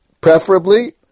preferably